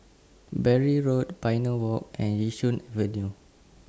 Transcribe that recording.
Bury Road Pioneer Walk and Yishun Avenue